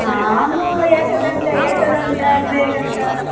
हा अहम् एकघण्टा एकघण्टा द्वे घण्टा